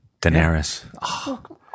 Daenerys